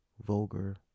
vulgar